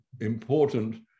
important